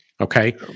Okay